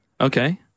Okay